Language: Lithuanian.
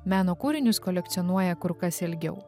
meno kūrinius kolekcionuoja kur kas ilgiau